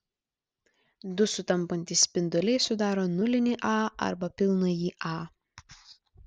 du sutampantys spinduliai sudaro nulinį a arba pilnąjį a